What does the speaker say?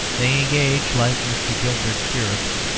they engage, like mr. gilbert's curates,